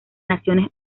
naciones